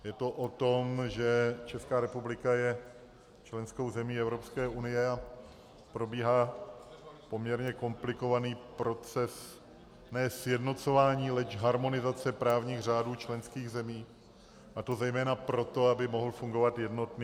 Je to o tom, že Česká republika je členskou zemí Evropské unie a probíhá poměrně komplikovaný proces ne sjednocování, leč harmonizace právních řádů členských zemí, a to zejména proto, aby mohl fungovat jednotný trh.